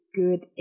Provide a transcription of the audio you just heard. good